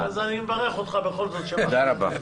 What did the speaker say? אז אני מברך אותך בכל זאת --- תודה רבה.